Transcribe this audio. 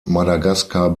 madagaskar